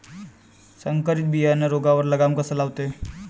संकरीत बियानं रोगावर लगाम कसा लावते?